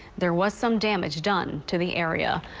there was some damage done to the area.